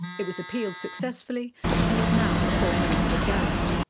it was appealed successfully and is now before minister garrett.